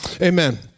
amen